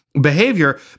behavior